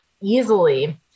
easily